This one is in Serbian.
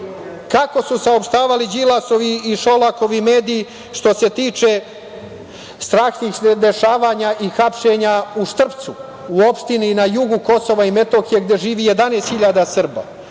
Kako su saopštavali Đilasovi i Šolakovi mediji što se tiče strašnih dešavanja i hapšenja u Štrpcu, u opštini na jugu KiM gde živi 11.000 Srba?